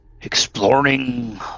exploring